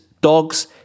dogs